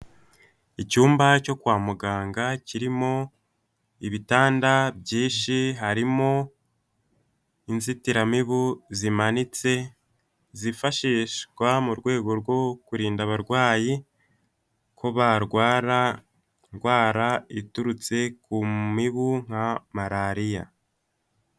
Icyumba cyo kwa muganga kirimo ibitanda byinshi, harimo inzitiramibu zimanitse, zifashishwa mu rwego rwo kurinda abarwayi ko barwara indwara iturutse ku mibu, nka malariya.